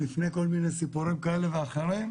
לפני כל מיני סיפורים כאלה ואחרים.